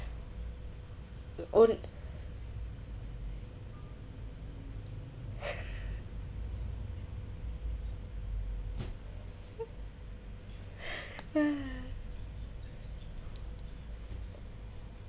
on~ yeah